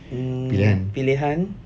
mm pilihan